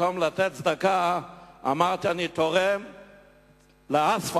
במקום לתת צדקה אמרתי שאני תורם לאספלט,